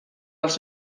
els